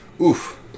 Oof